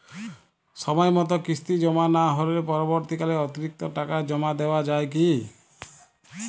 সময় মতো কিস্তি জমা না হলে পরবর্তীকালে অতিরিক্ত টাকা জমা দেওয়া য়ায় কি?